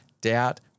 doubt